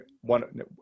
one